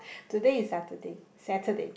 today is Saturday Saturday